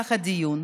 במהלך הדיון.